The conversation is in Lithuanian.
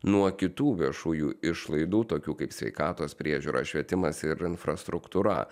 nuo kitų viešųjų išlaidų tokių kaip sveikatos priežiūra švietimas ir infrastruktūra